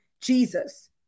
Jesus